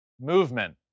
movement